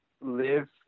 live